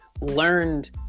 learned